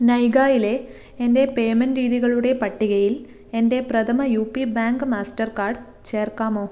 നൈകായിലെ എൻ്റെ പേയ്മെൻറ്റ് രീതികളുടെ പട്ടികയിൽ എൻ്റെ Prathama U P bank master card ചേർക്കാമോ